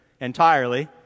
entirely